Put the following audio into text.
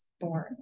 born